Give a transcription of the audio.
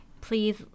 please